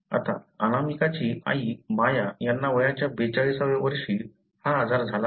आता अनामिकाची आई माया यांना वयाच्या 42 व्या वर्षी हा आजार झाला आहे